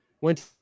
went